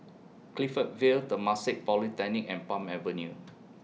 Clifton Vale Temasek Polytechnic and Palm Avenue